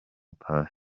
passy